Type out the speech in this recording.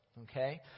Okay